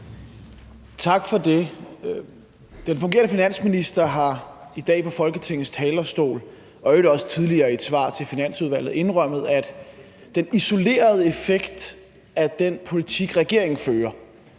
Tak for det. Den fungerende finansminister har i dag på Folketingets talerstol og i øvrigt også tidligere i et svar til Finansudvalget indrømmet, at den isolerede effekt af den politik, regeringen fører,